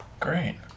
Great